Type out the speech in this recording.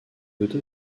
d’auto